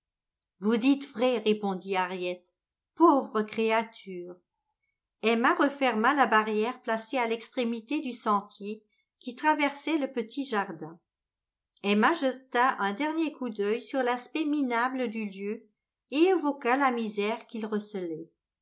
vous dites vrai répondit harriet pauvres créatures emma referma la barrière placée à l'extrémité du sentier qui traversait le petit jardin emma jeta un dernier coup d'œil sur l'aspect minable du lieu et évoqua la misère qu'il recelait